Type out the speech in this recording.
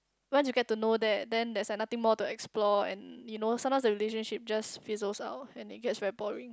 once you get to know that then there's like nothing more to explore and you know sometimes the relationship just fizzles out and it gets very boring